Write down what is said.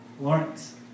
Lawrence